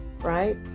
right